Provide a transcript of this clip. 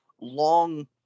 long